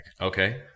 Okay